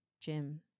gym